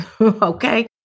Okay